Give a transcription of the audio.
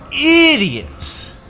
idiots